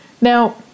Now